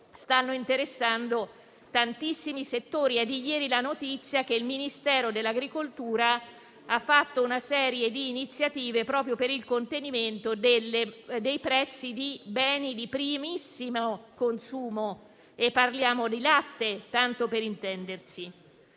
sta interessando tantissimi settori. È di ieri la notizia che il Ministero dell'agricoltura ha assunto una serie di iniziative proprio per il contenimento dei prezzi di beni di primissimo consumo (come ad esempio del latte).